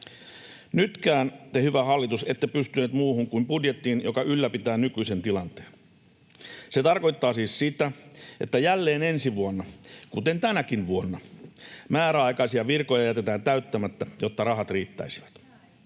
Nytkään te, hyvä hallitus, ette pystyneet muuhun kuin budjettiin, joka ylläpitää nykyisen tilanteen. Se tarkoittaa siis sitä, että jälleen ensi vuonna, kuten tänäkin vuonna, määräaikaisia virkoja jätetään täyttämättä, jotta rahat riittäisivät.